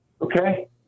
okay